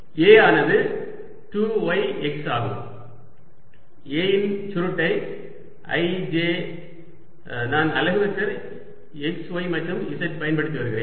A ஆனது 2 y x ஆகும் A இன் சுருட்டை i j நான் அலகு வெக்டர் x y மற்றும் z பயன்படுத்தி வருகிறேன்